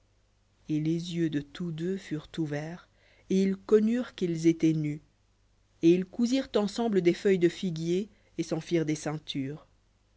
et les yeux de tous deux furent ouverts et ils connurent qu'ils étaient nus et ils cousirent ensemble des feuilles de figuier et s'en firent des ceintures